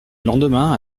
lendemain